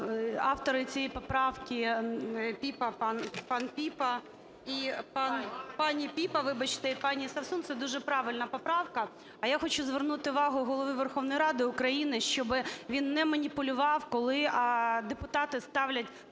автори цієї поправки пан Піпа… пані Піпа, вибачте, і пані Совсун, це дуже правильна поправка. А я хочу звернути увагу Голови Верховної Ради України, щоб він не маніпулював, коли депутати ставлять